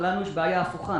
לנו יש בעיה הפוכה,